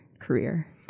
career